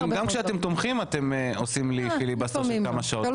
כי גם כשאתם תומכים אתם עושים לי פיליבסטר של כמה שעות,